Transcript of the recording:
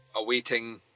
awaiting